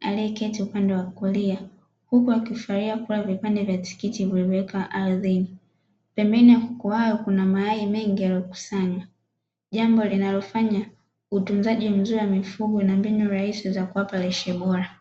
aliyeketi upande wa kulia, huku wakifurahia kula vipande vya tikiti vivyowekwa ardhini. Pembeni ya kuku hao kuna mayai mengi yaliyokusanywa, jambo linalofanya utunzaji mzuri wa mifugo na mbinu rahisi za kuwapa lishe bora.